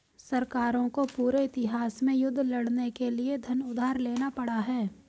सरकारों को पूरे इतिहास में युद्ध लड़ने के लिए धन उधार लेना पड़ा है